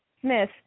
Smith